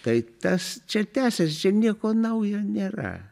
tai tas čia tęsiasi čia nieko naujo nėra